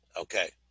Okay